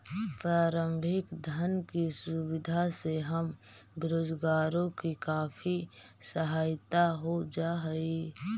प्रारंभिक धन की सुविधा से हम बेरोजगारों की काफी सहायता हो जा हई